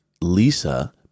Lisa